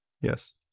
yes